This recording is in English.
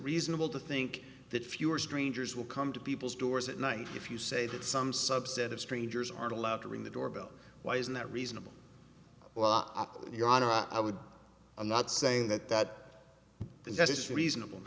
reasonable to think that fewer strangers will come to people's doors at night if you say that some subset of strangers aren't allowed to ring the doorbell why isn't that reasonable law your honor i would i'm not saying that that that's reasonable